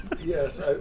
Yes